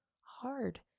hard